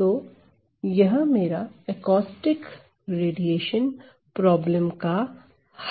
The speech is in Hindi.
तो यह मेरा एकॉस्टिक रेडिएशन प्रॉब्लम का हल है